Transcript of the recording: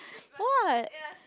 what